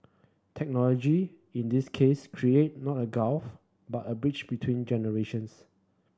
technology in this case created not a gulf but a bridge between generations